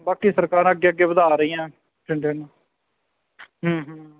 ਬਾਕੀ ਸਰਕਾਰਾਂ ਅੱਗੇ ਅੱਗੇ ਵਧਾ ਰਹੀਆਂ ਬਠਿੰਡੇ ਨੂੰ